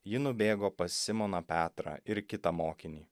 ji nubėgo pas simoną petrą ir kitą mokinį